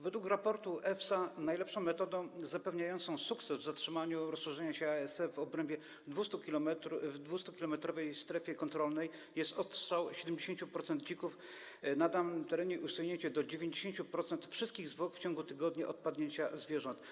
Według raportu EFSA najlepszą metodą zapewniającą sukces w zatrzymaniu rozszerzania się ASF w obrębie 200-kilometrowej strefy kontrolnej jest odstrzał 70% dzików na danym terenie i usunięcie do 90% wszystkich zwłok w ciągu tygodnia od padnięcia zwierząt.